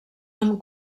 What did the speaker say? amb